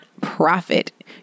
profit